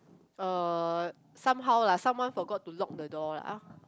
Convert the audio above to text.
uh somehow lah someone forgot to lock the door lah